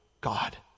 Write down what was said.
God